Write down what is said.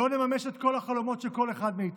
לא נממש את כל החלומות של כל אחד מאיתנו,